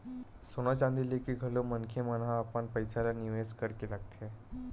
सोना चांदी लेके घलो मनखे मन ह अपन पइसा ल निवेस करके रखथे